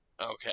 Okay